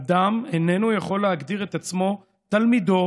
אדם איננו יכול להגדיר את עצמו תלמידו